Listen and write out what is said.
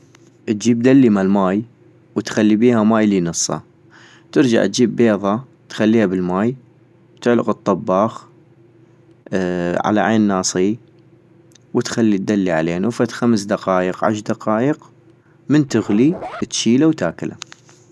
اتجيب دلي مال ماي، وتخلي بيها ماي لي نصا، ترجع اتجيب بيضة تخليها بالماي، تعلق الطباخ، على عين ناصيي، وتخلي الدلي علينو فد خمس دقايق عشغ دقايق ، من تغلي تشيلا وتاكلا